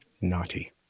naughty